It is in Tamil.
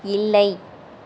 இல்லை